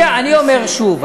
אני אומר שוב,